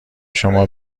شما